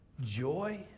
joy